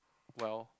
well